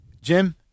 Jim